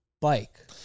bike